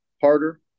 harder